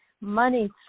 money